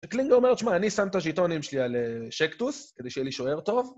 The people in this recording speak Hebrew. קלינגר אומר, תשמע, אני שם את הג'יטונים שלי על שקטוס, כדי שיהיה לי שוער טוב.